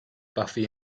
buffy